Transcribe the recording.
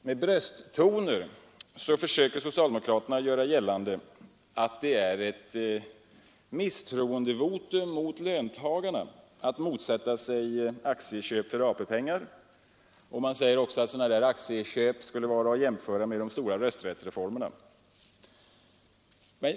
Med brösttoner försöker socialdemokraterna göra gällande, att det är ett misstroendevotum mot löntagarna att motsätta sig aktieköp för AP-pengar och att sådana aktieköp skulle vara att jämföra med de stora rösträttsreformerna.